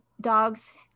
dogs